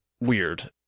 weird